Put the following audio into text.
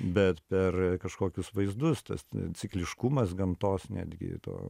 bet per kažkokius vaizdus tas cikliškumas gamtos netgi to